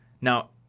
Now